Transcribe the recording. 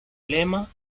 lema